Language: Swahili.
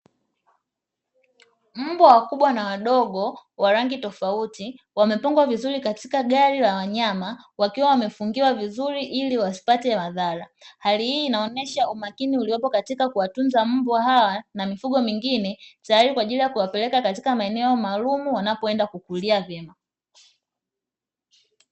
Mbwa wakubwa na wadogo wa rangi tofauti, wamepangwa vizuri katika gari la wanyama, wakiwa wamefungiwa vizuri ili wasipate madhara. Hali hii inaonyesha umakini uliopo katika kuwatunza mbwa hawa na mifugo mingine, tayari kwa ajili ya kuwapeleka katika maeneo maalumu wanakoenda kukulia vyema.